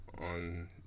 on